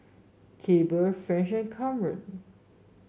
Clabe French and Kamren